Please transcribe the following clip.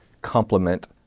complement